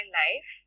life